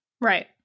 Right